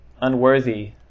unworthy